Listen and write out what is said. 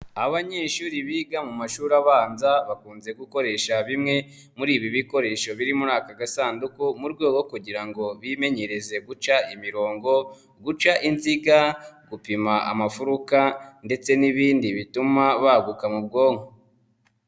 Abanyeshuri biga mu mashuri abanza bakunze gukoresha bimwe muri ibi bikoresho biri muri aka gasanduku mu rwego rwo kugira ngo bimenyereze guca imirongo, guca inziga, gupima amafuruka ndetse n'ibindi bituma baguka mu bwonko.